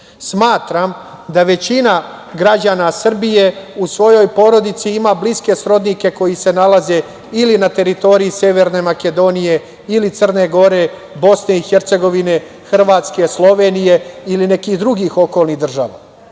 da većina građana Srbije u svojoj porodici ima bliske srodnike koji se nalaze ili na teritoriji Severne Makedonije ili Crne Gore, BiH, Hrvatske, Slovenije ili nekih drugih okolnih država. Zato